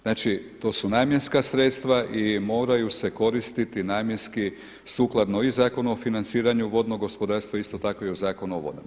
Znači to su namjenska sredstva i moraju se koristiti namjenski sukladno i Zakonu o financiranju vodnog gospodarstva, isto tako i Zakonu o vodama.